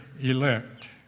elect